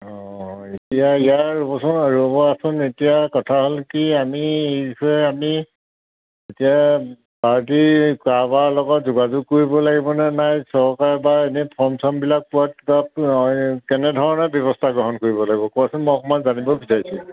অ ইয়াৰ ইয়াৰ ৰ'বচোন ৰ'বাচোন এতিয়া কথা হ'ল কি আমি এতিয়া আমি এতিয়া পাৰ্টি কাৰবাৰ লগত যোগাযোগ কৰিব লাগিবনে নাই চৰকাৰে বা এনেই ফৰ্ম ছৰ্মবিলাক পোৱাত তাত অ এ কেনেধৰণে ব্যৱস্থা গ্ৰহণ কৰিব লাগিব কোৱাচোন মই অকণমান জানিব বিচাৰিছোঁ